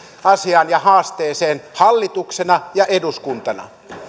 asiaan ja haasteeseen hallituksena ja eduskuntana